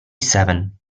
seven